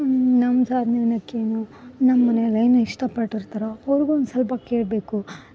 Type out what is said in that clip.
ನಮ್ಮ ಸಾಧ್ನೆ ಅನ್ನಕೇನು ನಮ್ಮ ಮನೆಲಿ ಇಷ್ಟ ಪಟ್ಟಿರ್ತಾರೊ ಅವ್ರ್ಗು ಒಂದು ಸ್ವಲ್ಪ ಕೇಳಬೇಕು